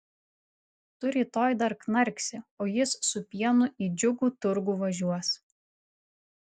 tu rytoj dar knarksi o jis su pienu į džiugų turgų važiuos